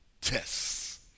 tests